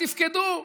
הם תפקדו.